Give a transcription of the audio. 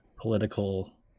political